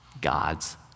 God's